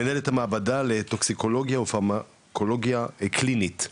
מנהלת המעבדה לטוקסיקולוגיה ופרמקולוגיה קלינית,